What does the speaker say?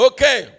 Okay